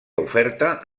oferta